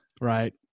right